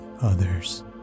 others